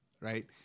right